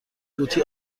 قوطی